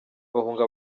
bahunga